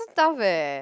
tough eh